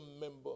member